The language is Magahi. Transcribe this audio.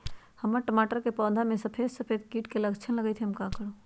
हमर टमाटर के पौधा में सफेद सफेद कीट के लक्षण लगई थई हम का करू?